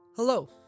Hello